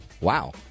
wow